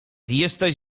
jesteś